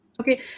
Okay